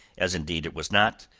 as indeed it was not,